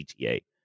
GTA